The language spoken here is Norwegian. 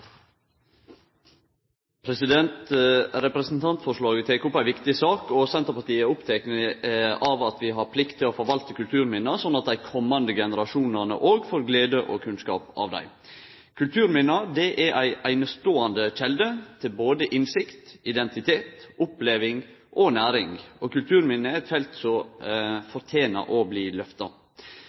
av at vi har plikt til å forvalte kulturminna sånn at dei komande generasjonane òg får glede og kunnskap av dei. Kulturminna er ei eineståande kjelde til innsikt, identitet, oppleving og næring, og kulturminne er eit felt som fortener å bli